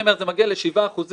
היא לא מקישה על המקום של הנשים.